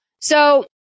So-